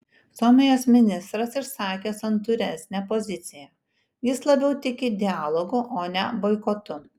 suomijos ministras išsakė santūresnę poziciją jis labiau tiki dialogu o ne boikotu